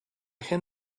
have